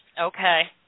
Okay